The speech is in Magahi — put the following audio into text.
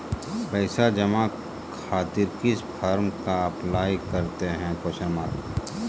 पैसा जमा खातिर किस फॉर्म का अप्लाई करते हैं?